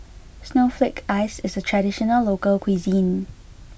Snowflake Ice is a traditional local cuisine